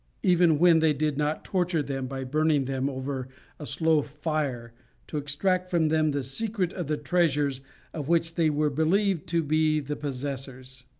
even when they did not torture them by burning them over a slow fire to extract from them the secret of the treasures of which they were believed to be the possessors.